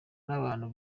nabantu